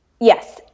Yes